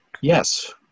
yes